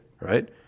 right